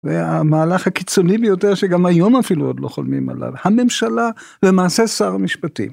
והמהלך הקיצוני ביותר, שגם היום אפילו עוד לא חולמים עליו, הממשלה ולמעשה שר המשפטים.